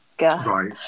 Right